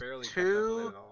two